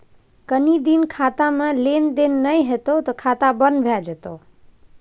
कनी दिन खातामे लेन देन नै हेतौ त खाता बन्न भए जेतौ